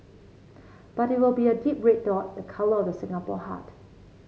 but it will be a deep red dot the colour of the Singapore heart